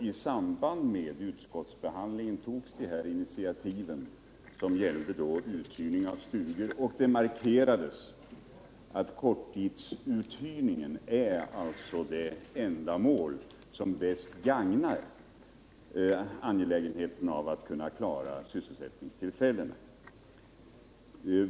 I samband med utskottsbehandlingen togs initiativen beträffande uthyrning av stugor. Det underströks också att korttidsuthyrningen är väsentligast när det gäller att skapa sysselsättning.